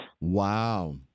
Wow